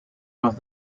los